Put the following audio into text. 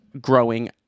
growing